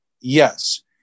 Yes